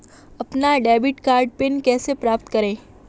अपना debit card pin कैसे प्राप्त करें?